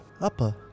upper